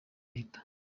leta